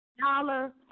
dollar